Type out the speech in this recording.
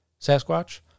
Sasquatch